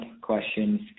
questions